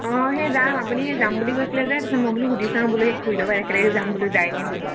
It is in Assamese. অঁ সেই যাম আপুনি সেই যাম বুলি কৈছিলে যে তাৰপিছত মই বুলু সুধি চাওঁ বোলে খুৰি লগত একেলগে যাম বুলি যায় নি